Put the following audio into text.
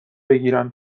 بگیرن